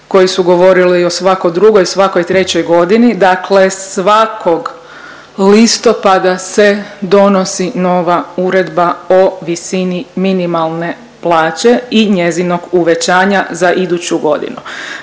koji su govorili o svakoj drugoj, svakoj trećoj godini, dakle svakog listopada se donosi nova uredba o visini minimalne plaće i njezinog uvećanja za iduću godinu.